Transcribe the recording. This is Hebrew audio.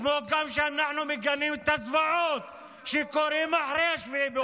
כמו שאנחנו מגנים את הזוועות שקורות אחרי 7 באוקטובר.